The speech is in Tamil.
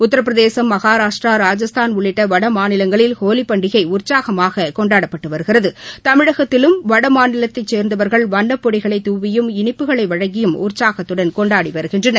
உத்தரப்பிரதேசம் மஹாராஷ்ட்ரா ராஜஸ்தான் உள்ளிட்ட வட மாநிலங்களில் ஹோலிப் பண்டிகை உற்சாகமாக கொண்டாடப்பட்டு வருகிறது தமிழகத்திலும் வட மாநிலத்தைச் சேர்ந்தவர்கள் வண்ணப் பொடிகளை தூவியும் இனிப்புகளை வழங்கியும் உற்சாகத்துடன் கொண்டாடி வருகின்றனர்